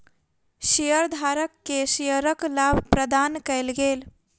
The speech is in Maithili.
शेयरधारक के शेयरक लाभ प्रदान कयल गेल